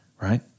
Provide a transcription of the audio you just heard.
right